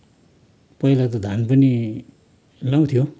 पहिला त धान पनि लगाउँथ्यो